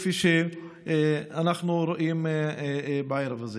כפי שאנחנו רואים בערב הזה.